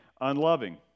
unloving